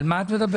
על מה את מדברת?